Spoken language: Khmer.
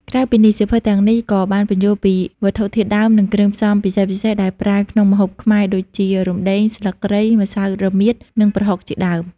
ក្រៅពីនេះ សៀវភៅទាំងនេះក៏បានពន្យល់ពី វត្ថុធាតុដើម និងគ្រឿងផ្សំពិសេសៗ ដែលប្រើក្នុងម្ហូបខ្មែរដូចជា រំដេង ស្លឹកគ្រៃ ម្សៅរមៀត និងប្រហុក ជាដើម។